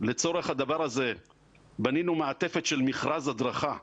לצורך הדבר הזה בנינו מעטפת של מכרז הדרכה והכשרה.